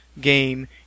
game